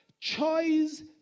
choice